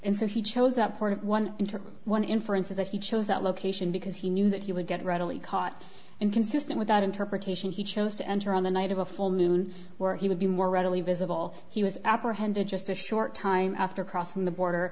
and so he chose that point one into one inference is that he chose that location because he knew that he would get readily caught and consistent with that interpretation he chose to enter on the night of a full moon where he would be more readily visible he was apprehended just a short time after crossing the border